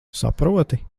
saproti